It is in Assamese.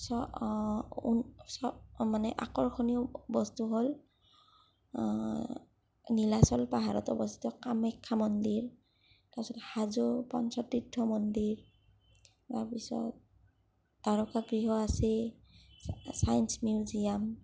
মানে আকৰ্ষণীয় বস্তু হ'ল নীলাচল পাহাৰত অৱস্থিত কামাখ্যা মন্দিৰ তাৰপাছত হাজোৰ পঞ্চতীৰ্থ মন্দিৰ তাৰপিছত তাৰকাগৃহ আছে চায়েন্স মিউজিয়াম